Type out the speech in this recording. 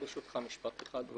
ברשותך משפט אחד.